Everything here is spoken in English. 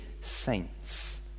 saints